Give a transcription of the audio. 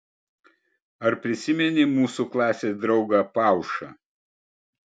ar prisimeni mūsų klasės draugą paušą